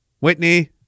Whitney